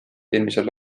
eelmisel